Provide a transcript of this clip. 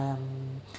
um